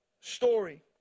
story